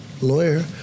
lawyer